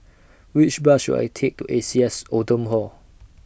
Which Bus should I Take to A C S Oldham Hall